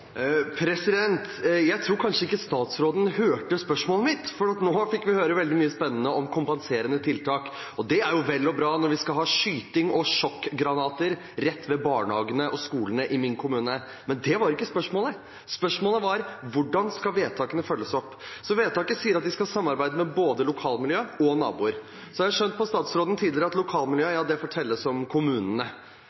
Jeg tror kanskje ikke statsråden hørte spørsmålet mitt, for nå fikk vi høre veldig mye spennende om kompenserende tiltak. Det er vel og bra når vi skal ha skyting og sjokkgranater rett ved barnehagene og skolene i min kommune, men det var ikke spørsmålet. Spørsmålet var: Hvordan skal vedtakene følges opp? Vedtakene sier at man skal samarbeide med både lokalmiljøet og naboer. Jeg har skjønt på statsråden at